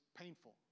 painful